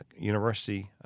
university